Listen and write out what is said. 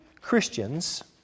Christians